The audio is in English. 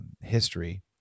history